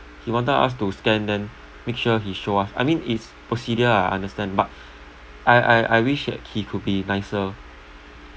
he wanted us to scan then make sure he show us I mean it's procedure ah I understand but I I I wish that he could be nicer